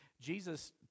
jesus